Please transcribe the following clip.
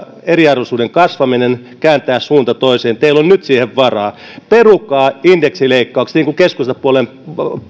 eriarvoisuuden kasvaminen kääntää suunta toiseen teillä on nyt siihen varaa perukaa indeksileikkaukset niin kuin keskustapuolueen